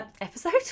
episode